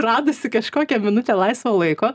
radusi kažkokią minutę laisvo laiko